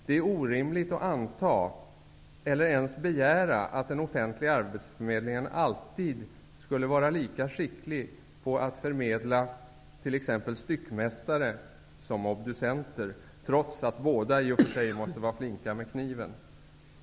Det är orimligt att anta, eller ens begära, att den offentliga arbetsförmedlingen alltid skulle vara lika skicklig på att förmedla styckmästare som på att förmedla obducenter, trots att båda i och för sig måste vara flinka med kniven.